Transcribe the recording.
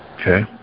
Okay